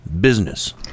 Business